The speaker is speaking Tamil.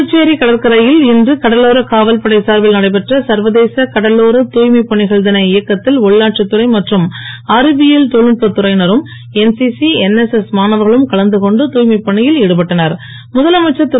புதுச்சேரி கடற்கரையில் இன்று கடலோர காவல்படை சார்பில் நடைபெற்ற சர்வதேச கடலோர தூய்மைப் பணிகள் தின இயக்கத்தில் உள்ளாட்சித் துறை மற்றும் அறிவியல் தொழில்நுட்பத் துறையினரும் என்சிசி என்எஸ்எஸ் மாணவர்களும் கலந்துகொண்டு திரு